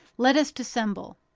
let us dissemble.